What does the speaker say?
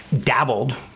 dabbled